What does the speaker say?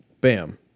Bam